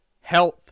health